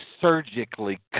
surgically